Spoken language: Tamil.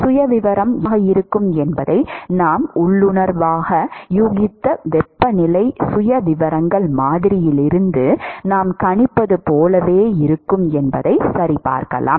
சுயவிவரம் என்னவாக இருக்கும் என்பதை நாம் உள்ளுணர்வாக யூகித்த வெப்பநிலை சுயவிவரங்கள் மாதிரியிலிருந்து நாம் கணிப்பது போலவே இருக்கும் என்பதைச் சரிபார்க்கலாம்